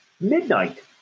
midnight